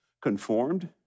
Conformed